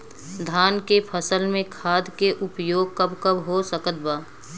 धान के फसल में खाद के उपयोग कब कब हो सकत बा?